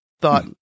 thought